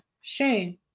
shame